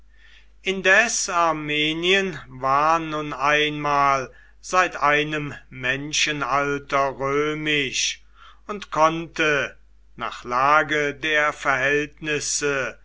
indes armenien war nun einmal seit einem menschenalter römisch und konnte nach lage der verhältnisse